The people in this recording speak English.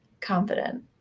confident